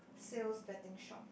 sales betting shop